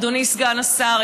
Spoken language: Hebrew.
אדוני סגן השר,